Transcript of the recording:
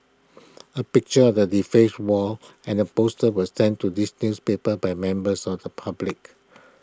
A picture of the defaced wall and the posters was sent to this newspaper by members of the public